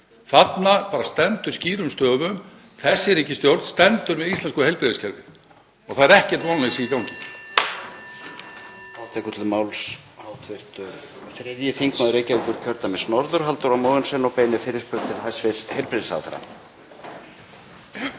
Þarna stendur skýrum stöfum: Þessi ríkisstjórn stendur með íslensku heilbrigðiskerfi. Það er ekkert vonleysi í gangi.